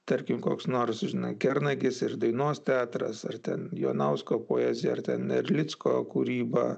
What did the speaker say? tarkim koks nors žinai kernagis ir dainos teatras ar ten jonausko poezija ar ten erlicko kūryba